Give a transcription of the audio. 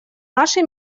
наши